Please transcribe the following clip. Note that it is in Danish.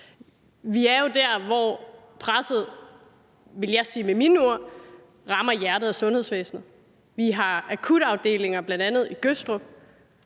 Vi er jo der, hvor presset, vil jeg sige med mine ord, rammer hjertet af sundhedsvæsenet. Vi har akutafdelinger, bl.a. i Gødstrup,